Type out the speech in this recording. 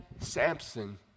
Samson